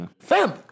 Fam